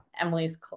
Emily's